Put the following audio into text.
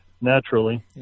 naturally